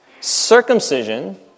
circumcision